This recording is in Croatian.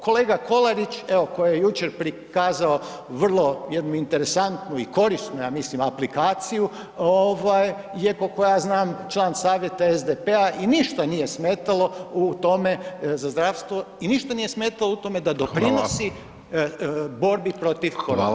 Kolega Kolarić, evo koji je jučer prikazao vrlo jednu interesantnu i korisnu ja mislim aplikaciju, ovaj je kolko ja znam je član savjeta SDP-a i ništa nije smetalo u tome za zdravstvo i ništa nije smetalo u tome da doprinosi [[Upadica: Hvala]] borbi protiv korone.